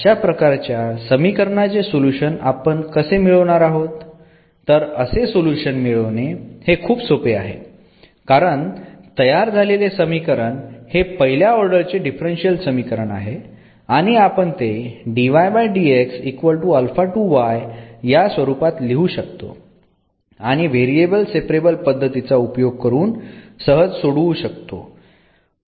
अशा प्रकारच्या समीकरणाचे सोल्युशन आपण कसे मिळवणार आहोत तर असे सोल्युशन मिळवणे हे खूप सोपे आहे कारण तयार झालेले समीकरण हे पहिल्या ऑर्डरचे डिफरन्शियल समीकरण आहे आणि आपण ते या स्वरूपात लिहू शकतो आणि व्हेरिएबल सेपरेबल पद्धतीचा उपयोग करून सहज सोडवू शकतो